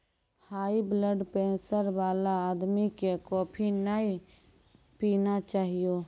high blood pressure वाला आदमी कॅ कॉफी नय पीना चाहियो